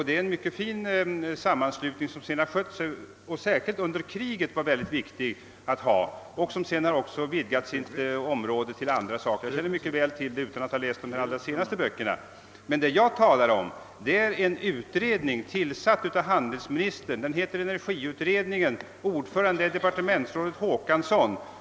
Det är en mycket fin sammanslutning som var speciellt värdefull under kriget och som sedan dess har vidgat sin verksamhet till att omfatta även andra områden. Jag känner mycket väl till detta utan att ha läst de senaste böckerna som getts ut. Men vad jag talade om var en utredning som tillsatts av handelsministern. Den heter energikommittén, och dess ordförande är departementsrådet Hans Håkansson.